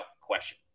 question